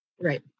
Right